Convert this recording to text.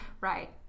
Right